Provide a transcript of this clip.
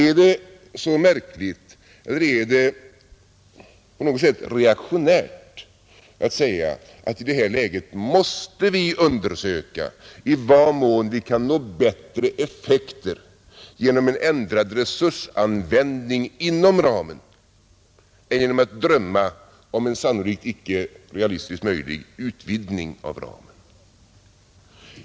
Är det så märkligt eller är det på något sätt reaktionärt att säga att i detta läge måste vi undersöka i vad mån vi kan nå bättre effekter genom en ändrad resursanvändning inom ramen än genom att drömma om en sannolikt icke realistiskt möjlig utvidgning av ramen?